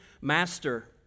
master